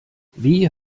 wie